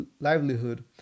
livelihood